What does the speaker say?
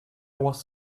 was